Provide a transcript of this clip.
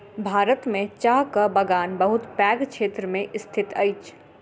भारत में चाहक बगान बहुत पैघ क्षेत्र में स्थित अछि